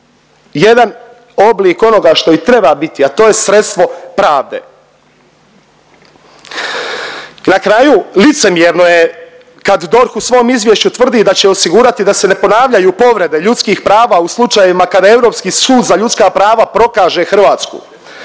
jedan oblik onoga što i treba biti, a to je sredstvo pravde. Na kraju, licemjerno je kad DORH u svom izvješću tvrdi da će osigurati da se ne ponavljaju povrede ljudskih prava u slučajevima kada Europski sud za ljudska prava prokaže Hrvatsku.